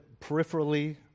peripherally